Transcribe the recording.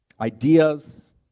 ideas